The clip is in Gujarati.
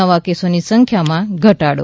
નવા કેસોની સંખ્યામાં ઘટાડો